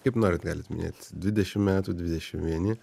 kaip norit galit minėt dvidešim metų dvidešim vieni